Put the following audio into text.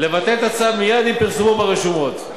לבטל את הצו מייד עם פרסומו ברשומות.